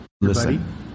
Listen